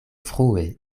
frue